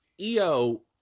EO